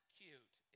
cute